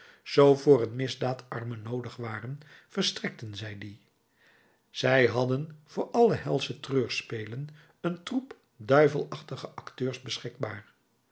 zoo voor een misdaad armen noodig waren verstrekten zij die zij hadden voor alle helsche treurspelen een troep duivelachtige acteurs beschikbaar